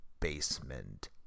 Basement